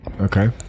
Okay